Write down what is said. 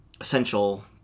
essential